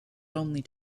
only